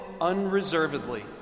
unreservedly